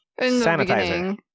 Sanitizer